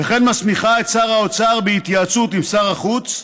וכן מסמיכה את שר האוצר, בהתייעצות עם שר החוץ,